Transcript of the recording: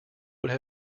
would